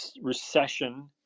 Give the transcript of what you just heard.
recession